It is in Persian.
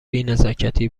بینزاکتی